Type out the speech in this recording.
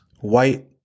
White